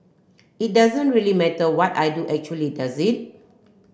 it doesn't really matter what I do actually does it